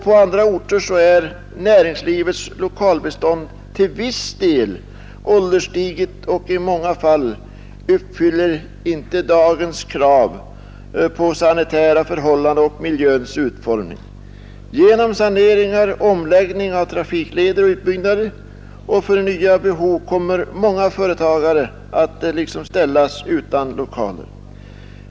På andra orter är näringslivets lokalbestånd till viss del ålderstiget, och i många fall uppfyller det inte dagens krav på sanitära förhållanden och miljöns utformning. Genom saneringar, omläggning av trafikleder och utbyggnader för nya behov kommer många företagare att ställas utan lokaler.